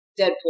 Deadpool